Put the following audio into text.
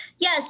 Yes